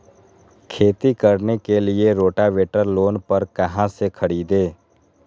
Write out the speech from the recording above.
खेती करने के लिए रोटावेटर लोन पर कहाँ से खरीदे?